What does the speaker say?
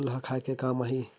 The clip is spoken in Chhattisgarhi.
फूल ह खाये के काम आही?